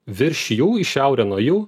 virš jų į šiaurę nuo jų